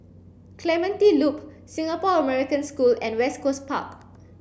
Clementi Loop Singapore American School and West Coast Park